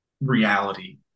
reality